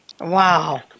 Wow